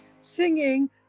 singing